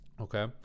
okay